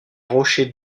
rochers